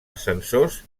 ascensors